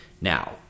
Now